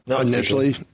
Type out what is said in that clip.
initially